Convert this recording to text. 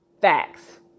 facts